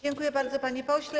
Dziękuję bardzo, panie pośle.